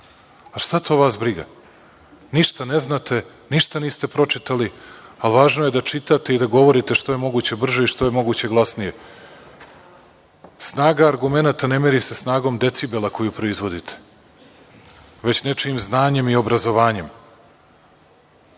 Šta to vas briga. Ništa ne znate, ništa niste pročitali, a važno je da čitate i da govorite što je moguće brže i što je moguće glasnije. Snaga argumenata ne meri se snagom decibela koju proizvodite, već nečijim znanjem i obrazovanjem,